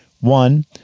One